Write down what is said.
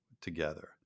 together